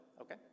Okay